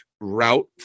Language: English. route